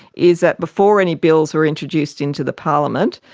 is that before any bills were introduced into the parliament,